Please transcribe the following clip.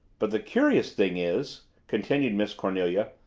but the curious thing is, continued miss cornelia,